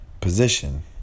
position